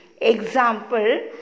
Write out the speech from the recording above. Example